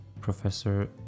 Professor